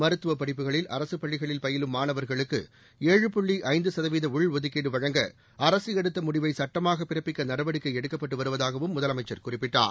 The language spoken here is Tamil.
மருத்துவ படிப்புகளில் அரசுப் பள்ளிகளில் பயிலும் மாணவர்களுக்கு ஏழு புள்ளி ஐந்து சதவீத உள்ஒதுக்கீடு வழங்க அரசு எடுத்த முடிவை சுட்டமாக பிறப்பிக்க நடவடிக்கை எடுக்கப்பட்டு வருவதாகவும் முதலமைச்சர் குறிப்பிட்டார்